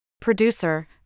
Producer